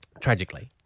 tragically